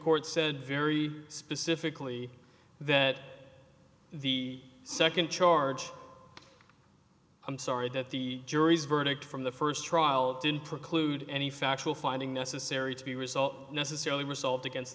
court said very specifically that the second charge i'm sorry that the jury's verdict from the first trial didn't preclude any factual finding necessary to be a result necessarily result against